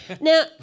Now